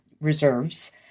reserves